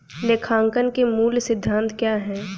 लेखांकन के मूल सिद्धांत क्या हैं?